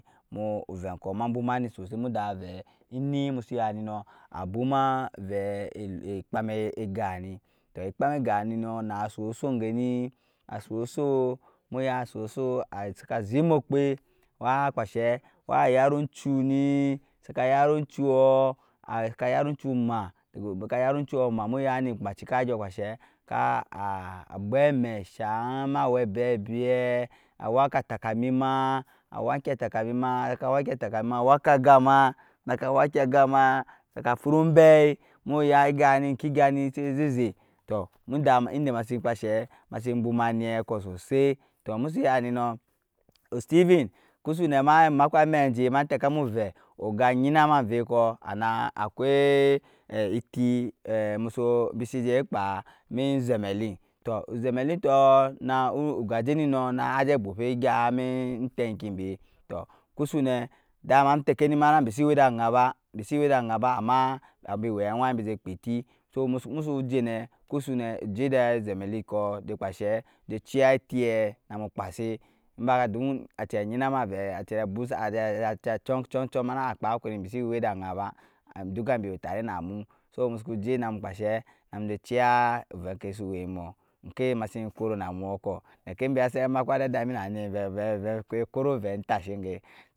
Mu ovɛgkɔɔ ma busumani nɔɔ abwuma vɛi ekpam egya ni tɔɔ ekpam egyap ni nɔɔ na sɔsɔɔ gɛni a sɔsɔɔ muya asɔsɔɔ sak azit mɔɔ kpɛ wa kpashe wa yat juni saka yatma juɔɔ ma muyani ka bwɛi mɛ shang ma wa bɛbia awaka takamima saka wa takamima awaki agama saka frumbɛi muya agani enkigya si zizai tɔɔ inda masi kpashɛ bwumani kɔɔ sɔsɔ toɔ musu yani nɔɔ osteven kusunɛ ma makpa amɛn jɛ ma tɛkamu ovɛi oga yinama vɛkɔɔ ana akwai eti musɔo bisi jɛkpa mi zamelink tɔɔ ozemelink tɔɔ na ogajɛni naajɛ bwumpɛ egya mai tankimbɛ tɔɔ kusu nɛ da ma tɛkɛni bisi wɛi da angan ba ama bɛ wɛi agwai bijɛ kpili sɔɔ musu jɛ kusu nɛ jɛ dɛ zemelink jɛ kpashɛ jɛciya eti namu kpasɛ acia gyinama avɛi ajɛ chɔngchɔng mana akpakuri bisi wɛi da anjan ba duka bi wɛi tarɛ namu sɔɔ musuku jɛ namu kpashɛ namu jɛ ciya vɛi kai suwɛ mɔɔ enkai masi kɔ rɔɔ na muɔo kɔɔ nɛkɛmbɛ kɔrɔvɛi tashɛ